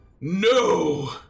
No